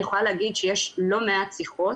אני יכולה להגיד שיש לא מעט שיחות